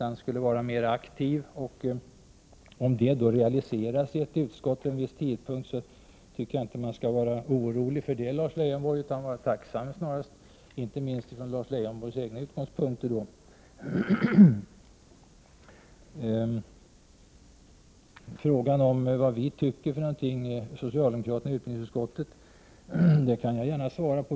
Jag tycker inte att man skall vara orolig, Lars Leijonborg, om detta realiseras i ett utskott vid en viss tidpunkt. Man skall snarare vara tacksam, inte minst från Lars Leijonborgs egna utgångspunkter. Frågan om vad vi socialdemokrater i utbildningsutskottet tycker kan jag gärna svara på.